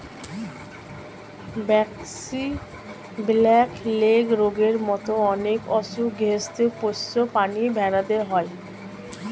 braxy, black leg রোগের মত অনেক অসুখ গৃহস্ত পোষ্য প্রাণী ভেড়াদের হয়